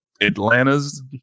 Atlanta's